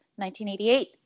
1988